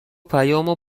پیامو